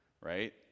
right